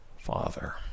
Father